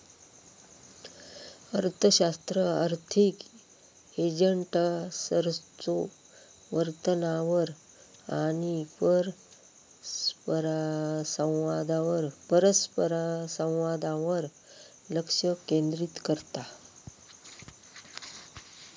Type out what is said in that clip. अर्थशास्त्र आर्थिक एजंट्सच्यो वर्तनावर आणि परस्परसंवादावर लक्ष केंद्रित करता